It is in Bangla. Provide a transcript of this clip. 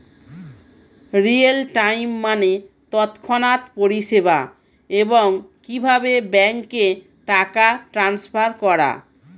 রিয়েল টাইম মানে তৎক্ষণাৎ পরিষেবা, এবং কিভাবে ব্যাংকে টাকা ট্রান্সফার করা